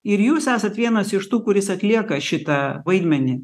ir jūs esat vienas iš tų kuris atlieka šitą vaidmenį